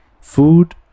food